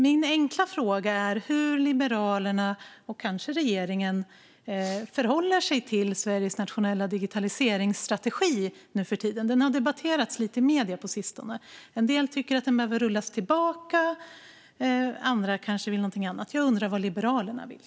Min enkla fråga är hur Liberalerna, och kanske regeringen, förhåller sig till Sveriges nationella digitaliseringsstrategi nu för tiden. Den har debatterats lite i medier på sistone. En del tycker att den behöver rullas tillbaka, medan andra kanske vill någonting annat. Jag undrar vad Liberalerna vill.